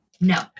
No